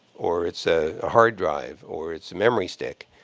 or it's a a hard drive, or it's a memory stick,